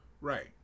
Right